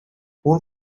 اون